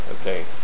okay